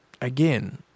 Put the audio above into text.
Again